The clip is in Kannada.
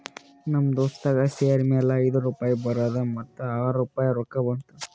ನಮ್ ದೋಸ್ತಗ್ ಶೇರ್ ಮ್ಯಾಲ ಐಯ್ದು ರುಪಾಯಿ ಬರದ್ ಆರ್ ರುಪಾಯಿ ರೊಕ್ಕಾ ಬಂತು